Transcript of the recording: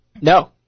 No